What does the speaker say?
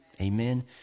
Amen